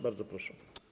Bardzo proszę.